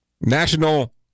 National